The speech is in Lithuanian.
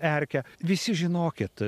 erkę visi žinokit